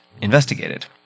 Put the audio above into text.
investigated